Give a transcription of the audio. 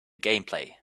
gameplay